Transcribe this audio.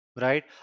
right